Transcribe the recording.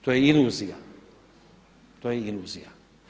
To je iluzija, to je iluzija.